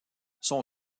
son